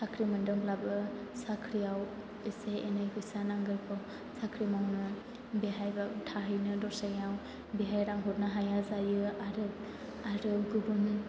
साख्रि मोनदोंब्लाबो साख्रिआव एसे एनै फैसा नांग्रोगौ साख्रि मावनो बेवहायबो थाहैनो दस्रायाव बेहाय रां हरनो हाया जायो आरो गुबुन